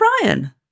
brian